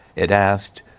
it asked,